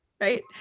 right